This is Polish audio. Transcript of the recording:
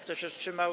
Kto się wstrzymał?